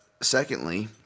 secondly